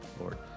Lord